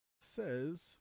says